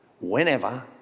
Whenever